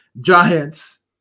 Giants